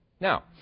Now